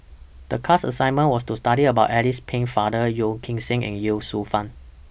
The class assignment was to study about Alice Pennefather Yeo Kim Seng and Ye Shufang